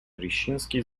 рищински